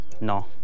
No